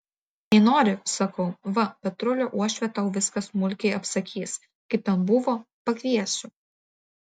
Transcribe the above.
jei nori sakau va petrulio uošvė tau viską smulkiai apsakys kaip ten buvo pakviesiu